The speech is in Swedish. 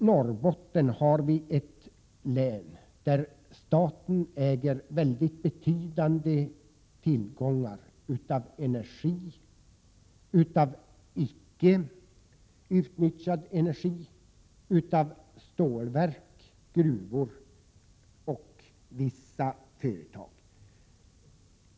Norrbotten är ett län där staten äger mycket betydande tillgångar av energi och av icke utnyttjad energi, stålverk, gruvor och vissa företag.